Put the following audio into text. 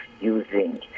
using